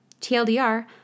TLDR